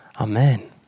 Amen